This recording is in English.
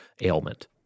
ailment